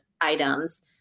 items